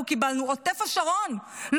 עוטף השרון,